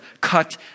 cut